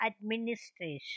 administration